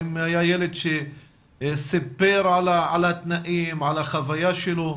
האם היה ילד שסיפר על התנאים, על החוויה שלו?